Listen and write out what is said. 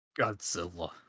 Godzilla